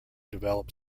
develop